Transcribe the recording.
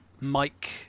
Mike